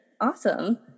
Awesome